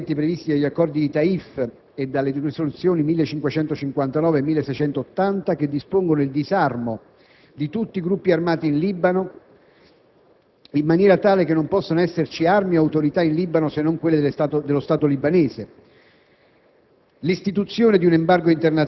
la piena attuazione di tutti i Regolamenti previsti dagli accordi di Taif e dalle risoluzioni 1559 del 2004 e 1680 del 2006, che impongono il disarmo di tutti i gruppi armati in Libano, in maniera tale che non possano esserci armi o autorità in Libano se non quelle dello Stato libanese;